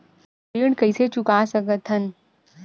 ऋण कइसे चुका सकत हन?